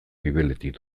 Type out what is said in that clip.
gibeletik